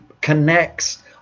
connects